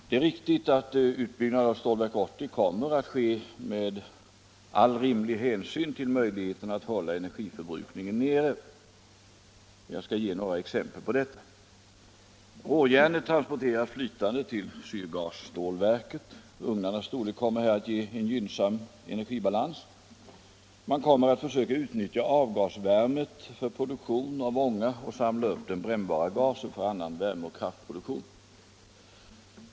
Det är riktigt att utbyggnaden av Stålverk 80 kommer att ske med all rimlig hänsyn till möjligheten att hålla energiförbrukningen nere. Jag skall ge några exempel på detta. Råjärnet transporteras flytande till syrgasstålverket. Ugnarnas storlek kommer här att ge en gynnsam energibalans. Man kommer att försöka utnyttja avgasvärmet för produktion av ånga och samla upp den brännbara gasen för annan värmeoch kraftproduktion.